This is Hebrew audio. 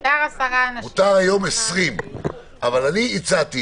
מותר היום 20. אני הצעתי